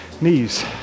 knees